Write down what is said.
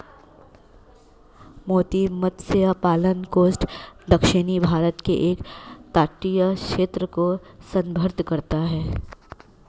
मोती मत्स्य पालन कोस्ट दक्षिणी भारत के एक तटीय क्षेत्र को संदर्भित करता है